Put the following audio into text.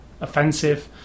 Offensive